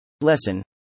Lesson